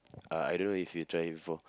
uh I don't know if you try before